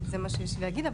זה מה שיש להגיד,